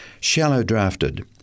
shallow-drafted